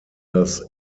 das